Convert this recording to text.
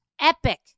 Epic